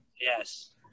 Yes